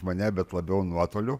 mane bet labiau nuotoliu